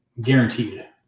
guaranteed